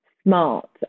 smart